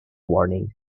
warning